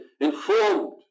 informed